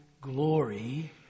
glory